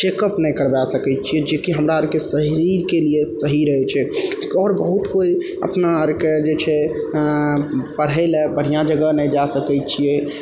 checkup नहि करबा सकै छियै जेकि हमरा आरके शरीरके लिए सही रहै छै एक आओर बहुत कोइ अपना आरके जे छै पढ़ै लए बढ़िआँ जगह नहि जा सकै छियै